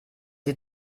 sie